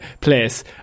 place